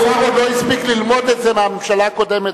השר עוד לא הספיק ללמוד את זה מהממשלה הקודמת,